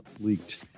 leaked